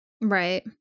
Right